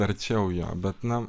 arčiau jo bet na